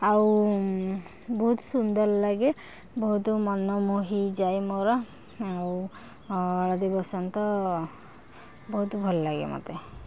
ଆଉ ବହୁତ ସୁନ୍ଦର ଲାଗେ ବହୁତ ମନ ମୋହିଯାଏ ମୋର ଆଉ ହଳଦୀବସନ୍ତ ବହୁତ ଭଲ ଲାଗେ ମତେ